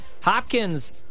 Hopkins